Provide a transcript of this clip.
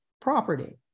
property